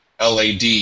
LAD